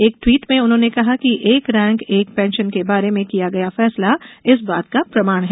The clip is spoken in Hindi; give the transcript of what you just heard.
एक ट्वीट में उन्होंने कहा कि एक रेंक एक पेंशन के बारे में किया गया फैसला इस बात का प्रमाण है